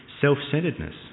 self-centeredness